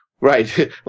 right